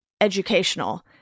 educational